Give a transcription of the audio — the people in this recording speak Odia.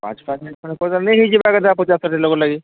ପାଁଚ୍ ପାଁଚ୍ ପିସ୍ ଖଣ୍ଡେ କରିଦେଲେ ନିହେଇ ଜିବା କାଏଁ ଦଦା ପଚାଶ ଷାଠିଏ ଲୁକର ଲାଗି